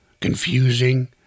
Confusing